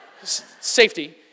Safety